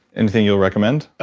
anything you'll recommend?